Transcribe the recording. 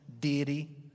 deity